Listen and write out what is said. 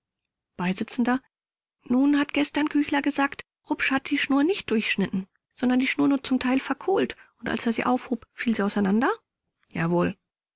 beisitzender nun hat gestern küchler gesagt rupsch hat die schnur nicht durchschnitten sondern die schnur war zum teil verkohlt und als er sie aufhob fiel sie auseinander k jawohl